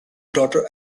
daughter